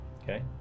Okay